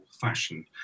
fashion